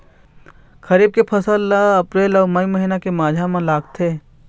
खरीफ के फसल ला अप्रैल अऊ मई महीना के माझा म लगाथे